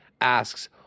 asks